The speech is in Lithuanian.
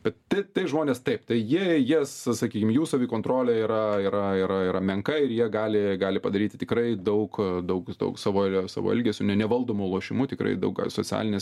bet tai tai žmonės taip tai jie jie sakykim jų savikontrolė yra yra yra yra menka ir jie gali gali padaryti tikrai daug daug daug savo el savo elgesiu ne nevaldomu lošimu tikrai daug socialinės